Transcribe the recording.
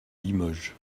limoges